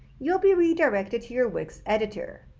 you'll be redirected to your wix editor.